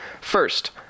First